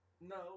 No